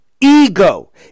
ego